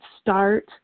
start